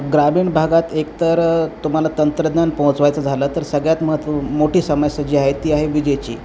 ग्रामीण भागात एकतर तुम्हाला तंत्रज्ञान पोहोचवायचं झालं तर सगळ्यात महत्त्व मोठी समस्या जी आहे ती आहे विजेची